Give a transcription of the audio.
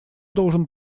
должен